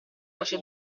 voce